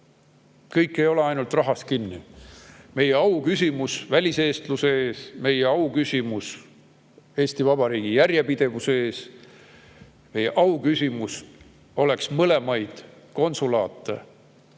Kõik ei ole ainult rahas kinni. Meie au küsimus väliseestluse ees, meie au küsimus Eesti Vabariigi järjepidevuse ees, meie au küsimus on mõlemad konsulaadid